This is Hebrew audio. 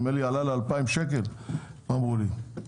נדמה לי עלה ל-2,000 שקל אמרו לי.